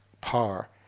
par